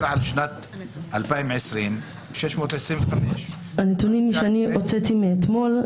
על שנת 2020 625. הנתונים שהוצאתי אתמול,